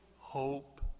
hope